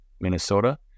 Minnesota